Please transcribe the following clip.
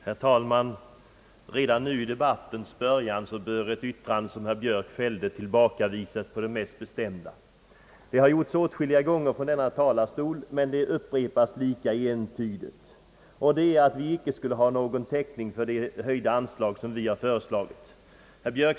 Herr talman! Redan nu i debattens början bör ett yttrande som herr Björk fällde tillbakavisas på det mest bestämda. Det har gjorts åtskilliga gånger förut från denna talarstol men ändå upprepas det ständigt. Herr Björk säger att vi inte skulle ha täckning för det höjda anslag som vi föreslagit.